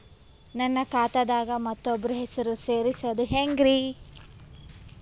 ನನ್ನ ಖಾತಾ ದಾಗ ಮತ್ತೋಬ್ರ ಹೆಸರು ಸೆರಸದು ಹೆಂಗ್ರಿ?